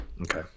okay